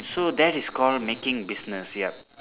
so that is called making business yup